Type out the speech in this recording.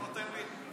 אתה לא נותן לי?